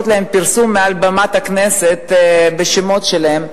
להם פרסום מעל במת הכנסת בשמות שלהם,